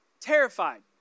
terrified